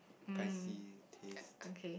spicy taste